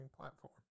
Platform